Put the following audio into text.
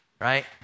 right